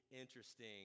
interesting